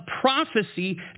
prophecy